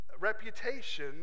reputation